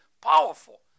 powerful